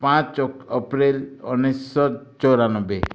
ପାଞ୍ଚ ଏପ୍ରିଲ ଉଣେଇଶିଶହ ଚଉରାନବେ